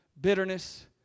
bitterness